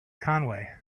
conway